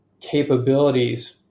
capabilities